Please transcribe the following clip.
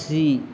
Shri